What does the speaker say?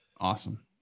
Awesome